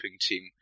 team